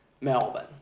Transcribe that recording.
Melbourne